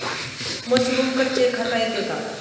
Mushroom कच्चे खाता येते का?